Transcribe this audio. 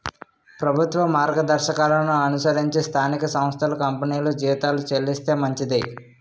ప్రభుత్వ మార్గదర్శకాలను అనుసరించి స్థానిక సంస్థలు కంపెనీలు జీతాలు చెల్లిస్తే మంచిది